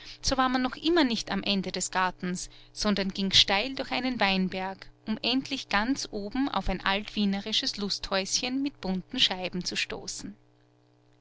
so war man noch immer nicht am ende des gartens sondern ging steil durch einen weinberg um endlich ganz oben auf ein altwienerisches lusthäuschen mit bunten scheiben zu stoßen